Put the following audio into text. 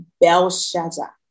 Belshazzar